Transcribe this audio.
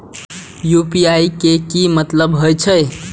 UPI के की मतलब हे छे?